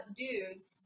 dudes